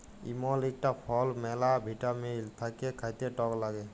ইমল ইকটা ফল ম্যালা ভিটামিল থাক্যে খাতে টক লাগ্যে